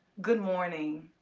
good morning.